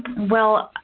well,